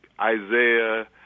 Isaiah